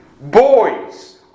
Boys